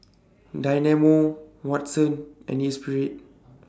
Dynamo Watsons and Espirit